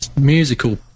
musical